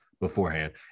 beforehand